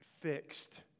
fixed